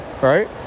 right